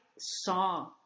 saw